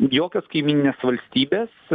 jokios kaimyninės valstybės